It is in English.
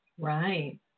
Right